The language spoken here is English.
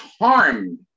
harmed